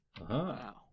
Wow